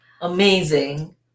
amazing